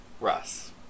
Russ